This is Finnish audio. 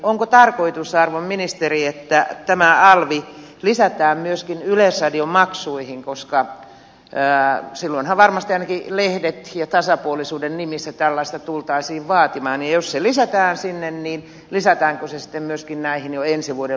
onko tarkoitus arvon ministeri että tämä alvi lisätään myöskin yleisradion maksuihin koska silloinhan varmasti ainakin lehdet tasapuolisuuden nimissä tulisivat tällaista vaatimaan ja jos se lisätään sinne niin lisätäänkö se myös jo näihin ensi vuoden lupamaksuihin